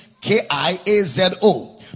K-I-A-Z-O